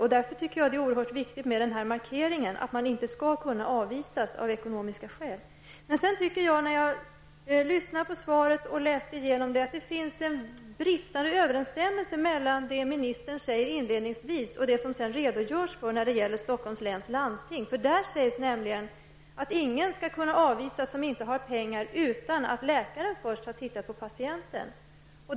Det är därför mycket viktigt med markeringen att man inte skall kunna avvisas av ekonomiska skäl. När jag lyssnade på statsrådets svar och läste igenom det tyckte jag mig finna en bristande överensstämmelse mellan det som socialministern säger inledningsvis och det hon sedan redogör för när det gäller Stockholms läns landsting. I svaret sägs nämligen att den patient som inte har pengar inte skall kunna avvisas utan att läkare först har tittat på patienten.